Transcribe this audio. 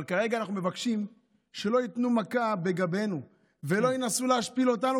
אבל כרגע אנחנו מבקשים שלא ייתנו מכה בגבנו ולא ינסו להשפיל אותנו,